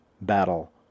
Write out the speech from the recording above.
battle